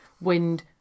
wind